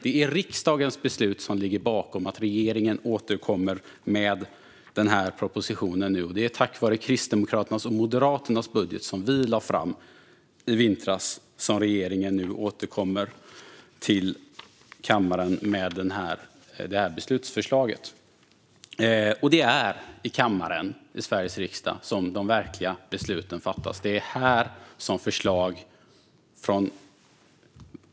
Det är alltså riksdagens beslut som ligger bakom att regeringen nu återkommer med denna proposition. Det är tack vare den budget som Kristdemokraterna och Moderaterna lade fram i vintras som regeringen nu återkommer till kammaren med detta förslag till beslut. Och det är i kammaren i Sveriges riksdag som de verkliga besluten fattas.